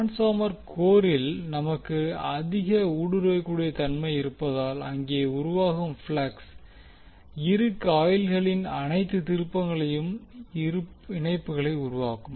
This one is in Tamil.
ட்ரான்ஸ்பார்மர் கோரில் நமக்கு அதிக ஊடுருவக்கூடிய தன்மை இருப்பதால் அங்கே உருவாகும் ப்ளக்ஸ் இரு காயில்களின் அனைத்து திருப்பங்களுக்கும் இணைப்புகளை உருவாக்கும்